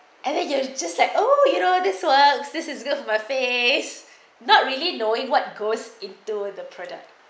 and then you have to just like oh you know this works this is good for my face not really knowing what goes into the product